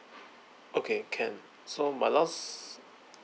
okay can so my last